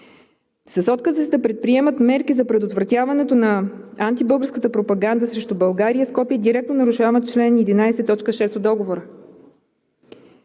С отказа си да предприеме мерки за предотвратяването на антибългарската пропаганда срещу България Скопие директно нарушава чл. 11, т. 6 от Договора.